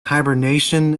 hibernation